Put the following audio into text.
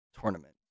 tournament